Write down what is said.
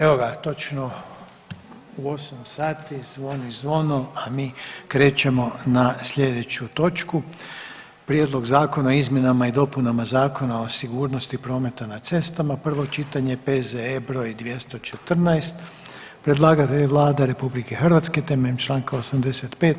Evo ga, točno u 8 sati, zvoni zvono, a mi krećemo na sljedeću točku: - Prijedlog zakona o izmjenama i dopunama Zakona o sigurnosti prometa na cestama, prvo čitanje, P.Z.E. br. 214; Predlagatelj je Vlada RH temeljem čl. 85.